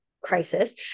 crisis